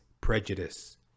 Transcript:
prejudice